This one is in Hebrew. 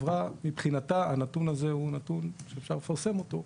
מבחינתה הנתון הזה הוא נתון שאפשר לפרסם אותו.